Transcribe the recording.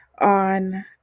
on